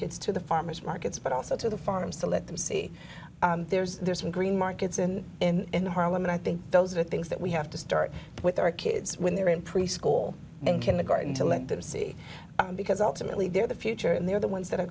kids to the farmers markets but also to the farms to let them see there's some green markets in in harlem and i think those are things that we have to start with our kids when they're in preschool and kindergarten to let them see because ultimately they're the future and they're the ones that are